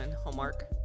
homework